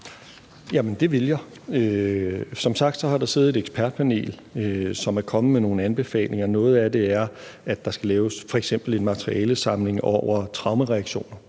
det vil jeg. Som sagt har der siddet et ekspertpanel, som er kommet med nogle anbefalinger. Noget af det er, at der skal laves f.eks. en materialesamling over traumereaktioner,